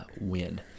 win